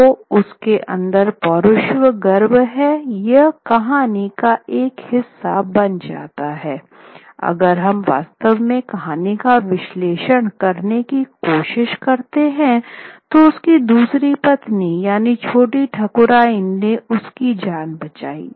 तो उसके अंदर पौरुष गर्व है यह कहानी का एक हिस्सा बन जाता है अगर हम वास्तव में कहानी का विश्लेषण करने की कोशिश करते हैं तो उसकी दूसरी पत्नी यानी छोटी ठकुराइन ने उसकी जान बचाई